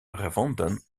gevonden